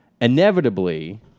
Inevitably